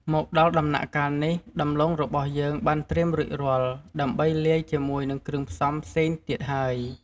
មកដល់ដំណាក់កាលនេះ ដំឡូងរបស់យើងបានត្រៀមរួចរាល់ ដើម្បីលាយជាមួយនឹងគ្រឿងផ្សំផ្សេងទៀតហើយ។